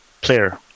player